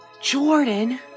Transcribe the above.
Jordan